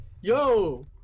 Yo